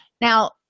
Now